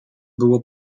było